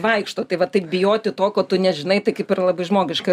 vaikšto tai va taip bijoti to ko tu nežinai tai kaip ir labai žmogiška